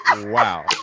Wow